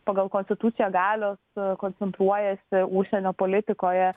pagal konstituciją galios koncentruojasi užsienio politikoje